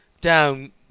down